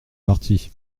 parti